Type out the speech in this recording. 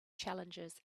challenges